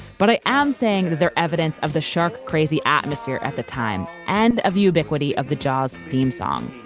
but i am saying that they're evidence of the shark-crazy atmosphere at the time and of ubiquity of the jaws' theme song.